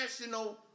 national